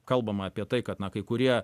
kalbama apie tai kad na kai kurie